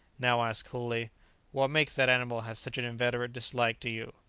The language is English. now asked coolly what makes that animal have such an inveterate dislike to you?